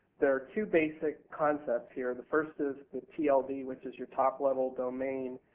there are two basic concepts here, the first is the tld, which is your top-level domain,